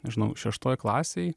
nežinau šeštoj klasėj